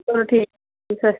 ਚਲੋ ਠੀਕ ਠੀਕ ਆ